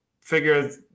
figure